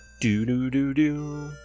Do-do-do-do